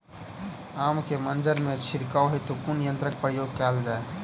आम केँ मंजर मे छिड़काव हेतु कुन यंत्रक प्रयोग कैल जाय?